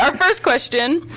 um first question.